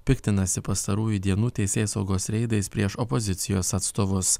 piktinasi pastarųjų dienų teisėsaugos reidais prieš opozicijos atstovus